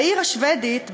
בעיר השבדית,